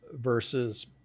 versus